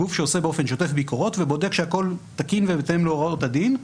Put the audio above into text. גוף שעושה באופן שוטף ביקורות ובודק שהכול תקין ובהתאם להוראות הדין.